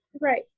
Right